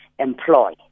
employ